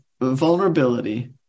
vulnerability